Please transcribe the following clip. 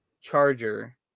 charger